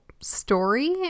story